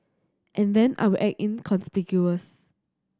and then I will act inconspicuous